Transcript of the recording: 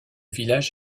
village